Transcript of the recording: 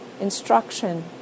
instruction